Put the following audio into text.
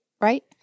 right